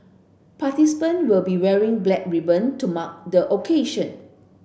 participant will be wearing black ribbon to mark the occasion